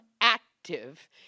active